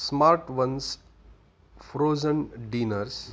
smart ones frozen dinners